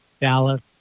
Dallas